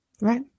Right